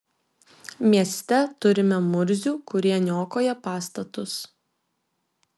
mieste turime murzių kurie niokoja pastatus